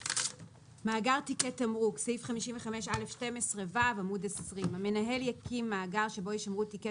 עמוד 20. "מאגר תיקי תמרוק 55א12ו. (א)המנהל יקים מאגר שבו יישמרו תיקי